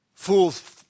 Fools